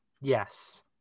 yes